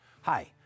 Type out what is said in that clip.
Hi